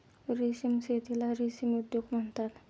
रेशीम शेतीला रेशीम उद्योग म्हणतात